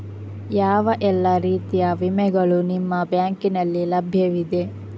ಯಾವ ಎಲ್ಲ ರೀತಿಯ ವಿಮೆಗಳು ನಿಮ್ಮ ಬ್ಯಾಂಕಿನಲ್ಲಿ ಲಭ್ಯವಿದೆ?